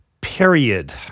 period